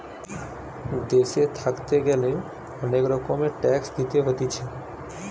দেশে থাকতে গ্যালে অনেক রকমের ট্যাক্স দিতে হতিছে